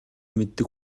мэддэг